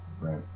right